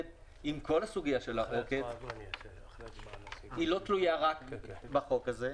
עם כל הסוגיה של --- לא תלויה רק בחוק הזה.